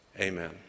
amen